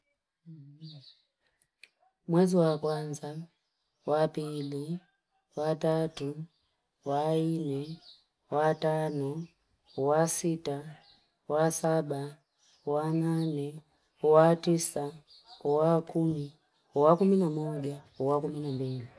Mwezu wa kwanza wa bili, wa tatu, wa ini, wa tami, wa sita, wa saba, wa nani, wa tisa, wa kuni, wa kuminamunga, wa kuminamunga.